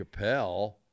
Chappelle